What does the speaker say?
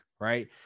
Right